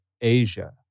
Asia